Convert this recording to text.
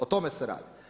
O tome se radi.